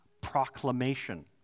proclamation